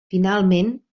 finalment